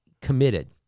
committed